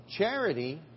Charity